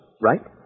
right